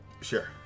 Sure